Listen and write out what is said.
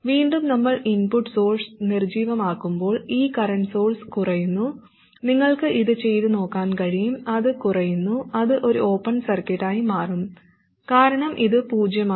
വീണ്ടും നമ്മൾ input source നിർജ്ജീവമാക്കുമ്പോൾ ഈ കറന്റ് സോഴ്സ് കുറയുന്നു നിങ്ങൾക്ക് ഇത് ചെയ്തു നോക്കാൻ കഴിയും അത് കുറയുന്നു അത് ഒരു ഓപ്പൺ സർക്യൂട്ടായി മാറും കാരണം ഇത് പൂജ്യമാണ്